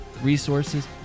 resources